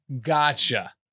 Gotcha